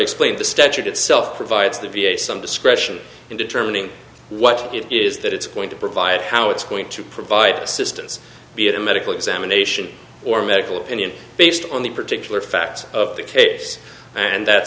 explained the statute itself provides the v a some discretion in determining what it is that it's going to provide how it's going to provide assistance be it a medical examination or medical opinion based on the particular facts of the case and that